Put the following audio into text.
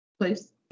Please